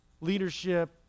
leadership